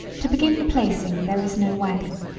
to begin the placing there is no wagon.